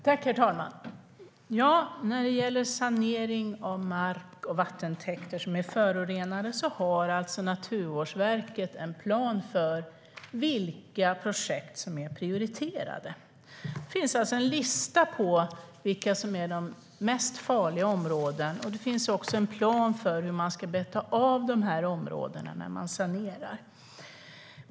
Herr talman! När det gäller sanering av mark och vattentäkter som är förorenade har Naturvårdsverket en plan för vilka projekt som är prioriterade. Det finns alltså en lista på vilka områden som är de mest farliga, och det finns också en plan för hur man ska beta av de områdena när man sanerar.